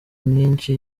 myinshi